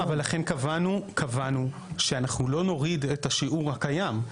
לכן קבענו שאנחנו לא נוריד את השיעור הקיים.